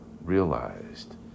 realized